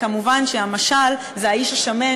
כמובן המשל זה האיש השמן,